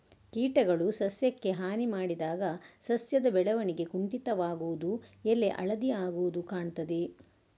ಕೀಟಗಳು ಸಸ್ಯಕ್ಕೆ ಹಾನಿ ಮಾಡಿದಾಗ ಸಸ್ಯದ ಬೆಳವಣಿಗೆ ಕುಂಠಿತವಾಗುದು, ಎಲೆ ಹಳದಿ ಆಗುದು ಕಾಣ್ತದೆ